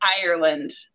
ireland